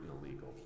illegal